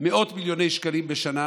מאות מיליוני שקלים בשנה